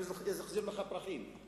הם זורקים לך פרחים,